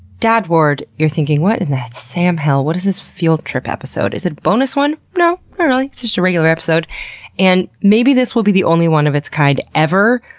dad ward, you're thinking, what in the sam hell? what is this field trip episode? is it a bonus one? no, not really. it's just a regular episode episode and maybe this will be the only one of its kind, ever.